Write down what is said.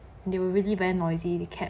they were really very noisy they kept